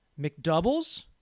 McDoubles